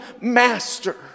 master